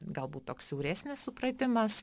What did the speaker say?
galbūt toks siauresnis supratimas